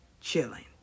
chilling